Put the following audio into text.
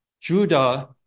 Judah